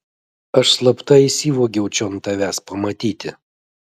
aš slapta įsivogiau čion tavęs pamatyti